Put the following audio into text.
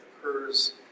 occurs